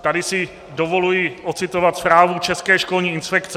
Tady si dovoluji ocitovat zprávu České školní inspekce.